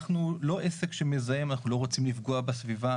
אנחנו לא עסק שמזהם, אנחנו לא רוצים לפגוע בסביבה.